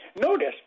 Notice